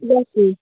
ঠিক আছে